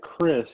Chris